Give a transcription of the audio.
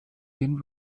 den